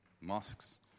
mosques